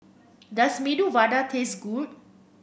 does Medu Vada taste good